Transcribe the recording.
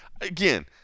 again